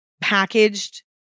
packaged